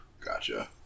Gotcha